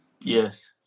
yes